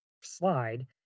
slide